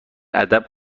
ادب